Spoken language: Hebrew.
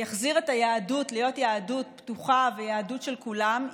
יחזיר את היהדות להיות יהדות פתוחה ויהדות של כולם,